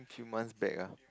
few months back ah